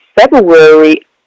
February